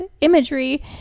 imagery